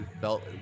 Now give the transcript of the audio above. felt